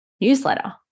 newsletter